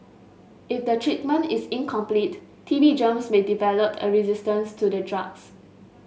if the treatment is incomplete T B germs may develop a resistance to the drugs